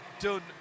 done